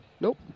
Nope